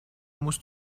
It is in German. musst